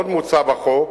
עוד מוצע בחוק,